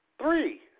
Three